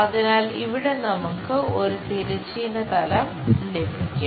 അതിനാൽ ഇവിടെ നമുക്ക് ഒരു തിരശ്ചീന തലം ലഭിക്കും